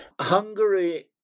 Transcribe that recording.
Hungary